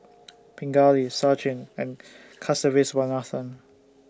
Pingali Sachin and Kasiviswanathan